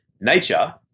nature